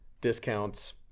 discounts